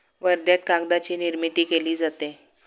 वर्ध्यात कागदाची निर्मिती केली जाते